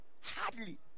Hardly